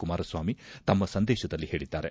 ಕುಮಾರಸ್ವಾಮಿ ತಮ್ಮ ಸಂದೇಶದಲ್ಲಿ ಹೇಳಿದ್ದಾರೆ